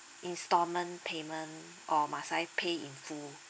installment payment or must I pay in full